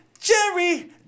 Jerry